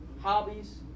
hobbies